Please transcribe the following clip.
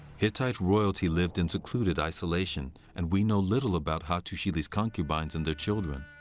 hittite royalty lived in secluded isolation, and we know little about hattusili's concubines and their children.